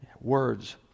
words